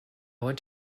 want